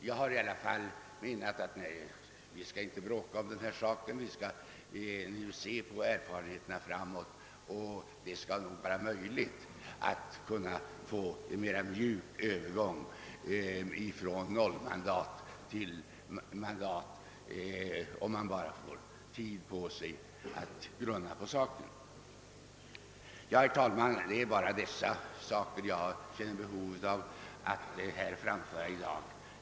Jag har emellertid menat att vi inte bör bråka om den saken — det skall nog vara möjligt att för ett parti finna en mera mjuk övergång från noll mandat till proportionerlig riksdagsrepresentation, om man bara ger sig tid att fundera på saken. Herr talman! Jag har känt ett behov av att framföra dessa synpunkter i dag.